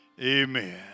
Amen